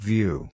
View